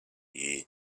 year